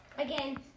Again